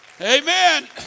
Amen